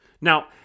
Now